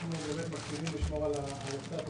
אנחנו מקפידים לשמור על הסטטוס